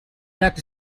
that